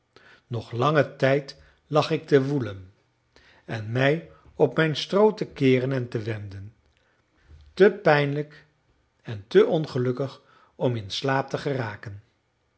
nog langen tijd lag ik te woelen en mij op mijn stroo te keeren en te wenden te pijnlijk en te ongelukkig om in slaap te geraken